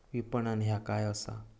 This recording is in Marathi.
विपणन ह्या काय असा?